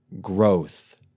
growth